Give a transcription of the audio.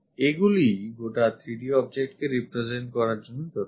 এইগুলিই গোটা 3D object কে represent করার জন্য যথেষ্ট